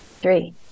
three